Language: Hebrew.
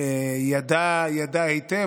ידע היטב,